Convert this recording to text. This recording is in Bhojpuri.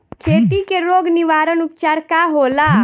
खेती के रोग निवारण उपचार का होला?